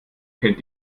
kennt